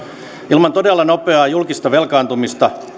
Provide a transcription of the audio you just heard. ilman todella nopeaa julkista velkaantumista